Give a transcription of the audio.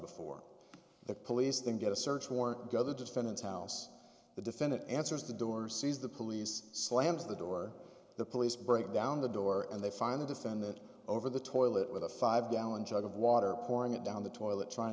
before the police then get a search warrant go the defendant's house the defendant answers the door sees the police slams the door the police break down the door and they find the defendant over the toilet with a five gallon jug of water pouring it down the toilet trying